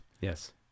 Yes